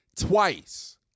twice